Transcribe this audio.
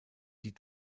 die